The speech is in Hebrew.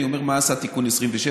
אני אומר מה עשה תיקון 27,